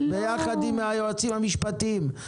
ביחד עם היועצים המשפטיים.